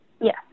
Yes